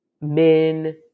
men